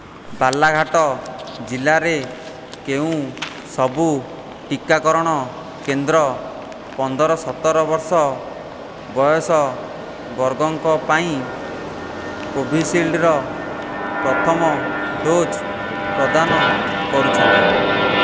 ବାଲାଘାଟ ଜିଲ୍ଲାରେ କେଉଁ ସବୁ ଟିକାକରଣ କେନ୍ଦ୍ର ପନ୍ଦର ସତର ବର୍ଷ ବୟସ ବର୍ଗଙ୍କ ପାଇଁ କୋଭିଶିଲ୍ଡ୍ ର ପ୍ରଥମ ଡୋଜ୍ ପ୍ରଦାନ କରୁଛନ୍ତି